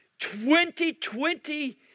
2020